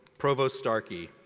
provost starkey,